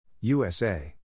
USA